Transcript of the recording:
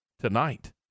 tonight